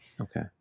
okay